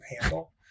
handle